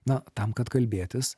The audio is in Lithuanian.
na tam kad kalbėtis